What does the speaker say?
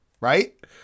right